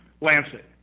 Lancet